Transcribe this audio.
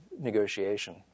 negotiation